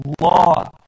law